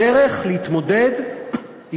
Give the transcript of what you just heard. הדרך להתמודד היא